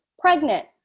pregnant